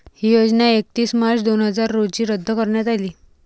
ही योजना एकतीस मार्च दोन हजार रोजी रद्द करण्यात आली